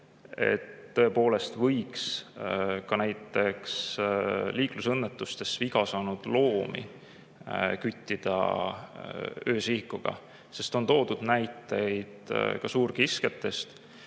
Tõepoolest võiks ka näiteks liiklusõnnetustes viga saanud loomi küttida öösihikuga. On toodud näiteid ka suurkiskjatest,